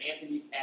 Anthony's